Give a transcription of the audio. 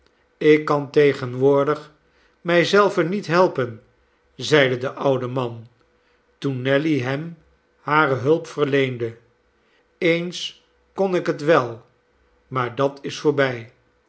ik kan tegenwoordig mij zelven niet helpen zeide de oude man toen nelly hem hare hulp verleende eens kon ik het wel maar dat is voorbij